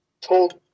Told